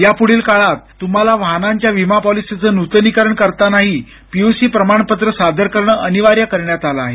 यापुढील काळात तुम्हाला वाहनाच्या विमा पॉलिसीच नूतनीकरण करताना पीयूसी प्रमाणपत्र सादर करणं अनिवार्य करण्यात आलं आहे